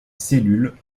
cellules